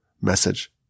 message